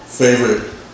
favorite